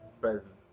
presence